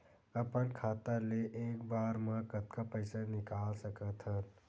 अपन खाता ले एक बार मा कतका पईसा निकाल सकत हन?